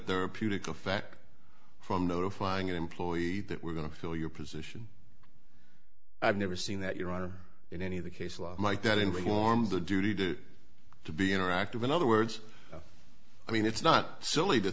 therapeutic effect from notifying an employee that we're going to kill your position i've never seen that your honor in any of the case law might that inform the duty do to be interactive in other words i mean it's not solely to